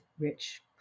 rich